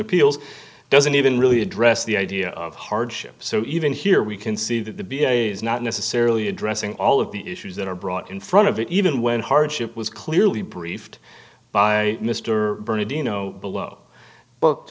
appeals doesn't even really address the idea of hardship so even here we can see that the b s a is not necessarily addressing all of the issues that are brought in front of it even when hardship was clearly briefed by mr bernardino below